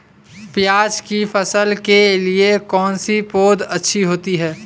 प्याज़ की फसल के लिए कौनसी पौद अच्छी होती है?